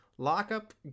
Lockup